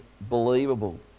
believable